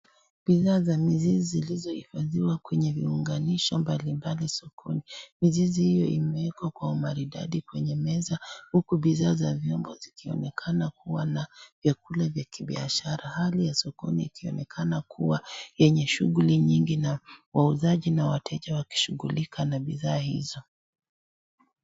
Bidhaa za mizizi zilizohifadhiwa kwenye viunganisho mbalimbali sokoni. Mizizi hiyo imewekwa kwa umaridadi kwenye meza huku bidhaa za vyombo zikionekana kuwa na vyakula vya kibiashara hali ya sokoni ikionekana kuwa yenye shughuli nyingi na wauzaji na wateja wakishughulika na bidhaa hizo.